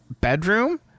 bedroom